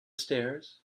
stairs